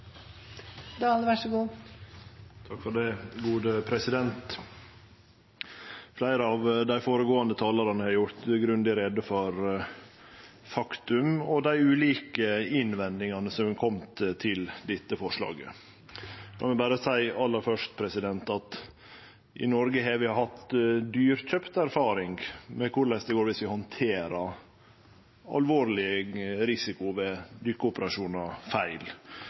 dei ulike innvendingane som har kome til dette forslaget. Lat meg berre seie aller først at i Noreg har vi hatt dyrkjøpt erfaring med korleis det går dersom vi handterer alvorleg risiko ved dykkeoperasjonar feil.